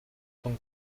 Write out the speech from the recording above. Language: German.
vom